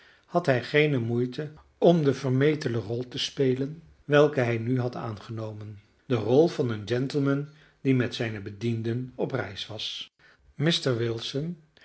had hij geene moeite om de vermetele rol te spelen welke hij nu had aangenomen de rol van een gentleman die met zijne bediende op reis was mr wilson